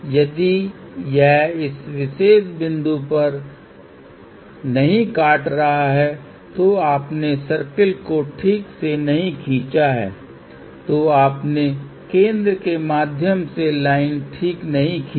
यदि यह इस विशेष बिंदु पर नहीं कट रहा है तो आपने सर्कल को ठीक से नहीं खींचा है तो आपने केंद्र के माध्यम से लाइन ठीक नहीं खींची